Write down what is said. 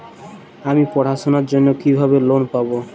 আমি পড়াশোনার জন্য কিভাবে লোন পাব?